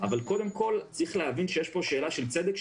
אבל קודם כול צריך להבין שיש פה שאלה של צדק,